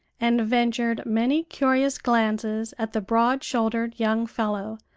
and ventured many curious glances at the broad-shouldered young fellow,